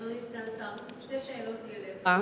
אדוני סגן השר, שתי שאלות לי אליך.